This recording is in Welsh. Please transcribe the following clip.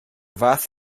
fath